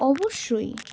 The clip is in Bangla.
অবশ্যই